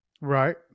Right